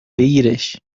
بگیرش